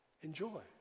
enjoy